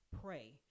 pray